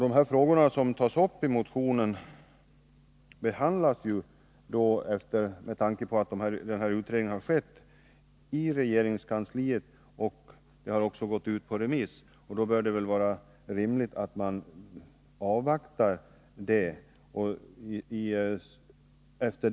De frågor som tas upp i motionen behandlas ju med tanke på att den här utredningen har gjorts i regeringskansliet. Den har också gått ut på remiss, och då bör det väl vara rimligt att man avvaktar den omgången.